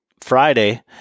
Friday